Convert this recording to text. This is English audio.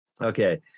Okay